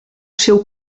seu